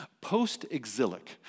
Post-exilic